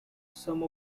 some